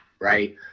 right